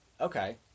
Okay